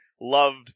loved